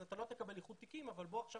אתה לא תקבל איחוד תיקים אבל בוא עכשיו